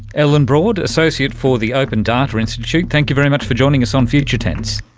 ellen broad, associate for the open data institute, thank you very much for joining us on future tense.